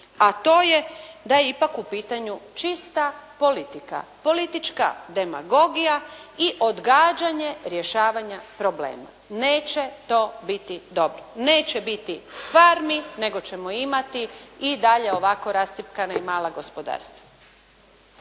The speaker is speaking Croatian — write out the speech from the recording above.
a to je da je ipak u pitanju čista politika, politička demagogija i odgađanje rješavanja problema, neće to biti dobro. Neće biti parni nego ćemo imati i dalje ovako rascjepkana i mala gospodarstva.